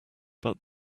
but